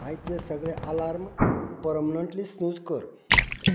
आयचे सगळे alarm permanently snooze कर